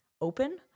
open